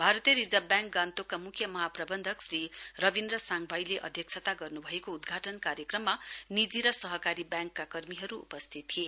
भारतीय reserve bank गान्तोकका मुख्य महाप्रवन्धक श्री रविन्द्र साङभाईले अध्यक्षता गर्नुभएको उद्घाटन कार्यक्रम निजी र सहकारी ब्याङकका कर्मीहरू उपस्थित थिए